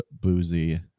boozy